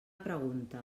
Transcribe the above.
pregunta